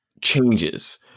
changes